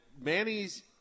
Manny's